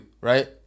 right